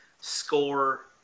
score –